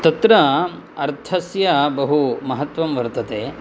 तत्र अर्थस्य बहुमहत्त्वं वर्तते